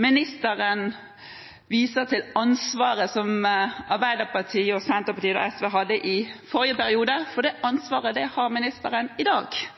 ministeren viser til ansvaret som Arbeiderpartiet, Senterpartiet og SV hadde i forrige periode, for